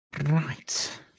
Right